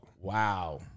Wow